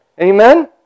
Amen